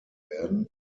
werden